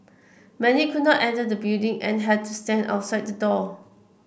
many could not enter the building and had to stand outside the door